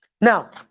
Now